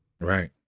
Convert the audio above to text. Right